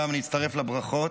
גם אני אצטרף לברכות,